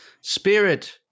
Spirit